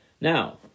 Now